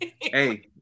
Hey